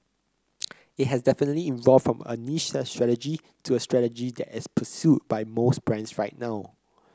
it has definitely evolved from a niche strategy to a strategy that is pursued by most brands right now